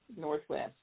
northwest